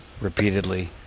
repeatedly